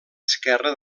esquerre